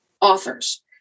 authors